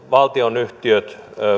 valtionyhtiöt